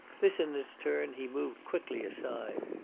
this in its turn he moved quickly aside.